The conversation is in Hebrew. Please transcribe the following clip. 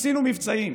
עשינו מבצעים.